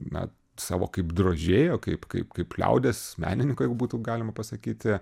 na savo kaip drožėjo kaip kaip kaip liaudies menininko jeigu būtų galima pasakyti